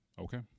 Okay